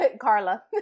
Carla